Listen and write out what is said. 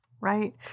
Right